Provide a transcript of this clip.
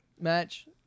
match